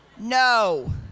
no